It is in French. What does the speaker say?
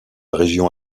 région